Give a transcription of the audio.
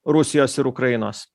rusijos ir ukrainos